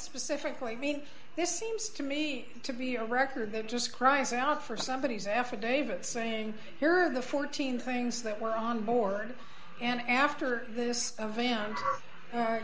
specifically mean this seems to me to be a record that just cries out for somebody is an affidavit saying here are the fourteen things that were on board and after this van